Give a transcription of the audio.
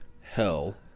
hell